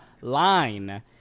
line